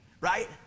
right